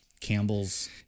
Campbell's